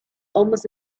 almost